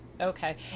Okay